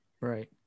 Right